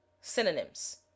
synonyms